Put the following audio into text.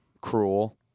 Cruel